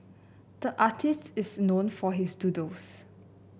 the artist is known for his doodles